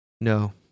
No